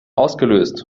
ausgelöst